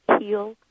heal